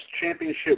championship